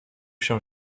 się